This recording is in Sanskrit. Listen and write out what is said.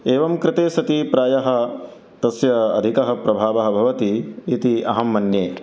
एवं कृते सति प्रायः तस्य अधिकः प्रभावः भवति इति अहं मन्ये